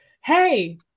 Hey